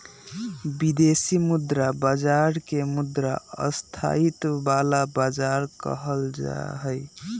विदेशी मुद्रा बाजार के मुद्रा स्थायित्व वाला बाजार कहल जाहई